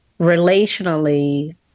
Relationally